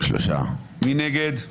מי נגד?